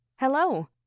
Hello